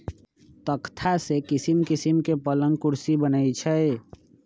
तकख्ता से किशिम किशीम के पलंग कुर्सी बनए छइ